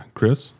Chris